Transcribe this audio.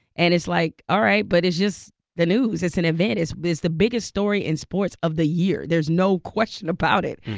and it's, like, all right, but it's just the news. it's an event. it's the biggest story in sports of the year. there's no question about it.